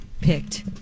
picked